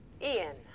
Ian